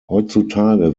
heutzutage